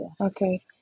okay